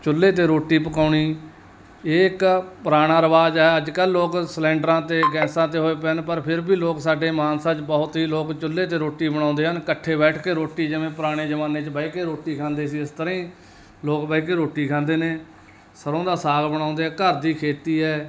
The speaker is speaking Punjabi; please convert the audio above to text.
ਚੁੱਲ੍ਹੇ 'ਤੇ ਰੋਟੀ ਪਕਾਉਣੀ ਇਹ ਇੱਕ ਪੁਰਾਣਾ ਰਿਵਾਜ਼ ਹੈ ਅੱਜ ਕੱਲ੍ਹ ਲੋਕ ਸਿਲਿੰਡਰਾਂ 'ਤੇ ਗੈਸਾਂ 'ਤੇ ਹੋਏ ਪਏ ਨੇ ਪਰ ਫਿਰ ਵੀ ਲੋਕ ਸਾਡੇ ਮਾਨਸਾ 'ਚ ਬਹੁਤ ਹੀ ਲੋਕ ਚੁੱਲ੍ਹੇ 'ਤੇ ਰੋਟੀ ਬਣਾਉਂਦੇ ਹਨ ਇਕੱਠੇ ਬੈਠ ਕੇ ਰੋਟੀ ਜਿਵੇਂ ਪੁਰਾਣੇ ਜ਼ਮਾਨੇ 'ਚ ਬਹਿ ਕੇ ਰੋਟੀ ਖਾਂਦੇ ਸੀ ਇਸ ਤਰ੍ਹਾਂ ਹੀ ਲੋਕ ਬਹਿ ਕੇ ਰੋਟੀ ਖਾਂਦੇ ਨੇ ਸਰ੍ਹੋਂ ਦਾ ਸਾਗ ਬਣਾਉਂਦੇ ਆ ਘਰ ਦੀ ਖੇਤੀ ਹੈ